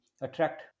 attract